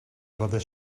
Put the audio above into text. brother